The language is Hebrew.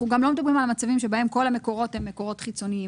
שבהם כל המקורות הם מקורות חיצוניים.